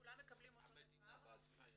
כולם מקבלים אותו דבר.